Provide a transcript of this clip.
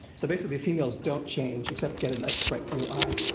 so basically females don't change except get a nice bright blue eye,